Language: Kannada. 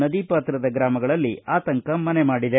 ನದಿ ಪಾತ್ರದ ಗ್ರಾಮಗಳಲ್ಲಿ ಆತಂಕ ಮನೆ ಮಾಡಿದೆ